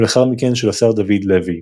ולאחר מכן של השר דוד לוי.